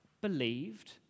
believed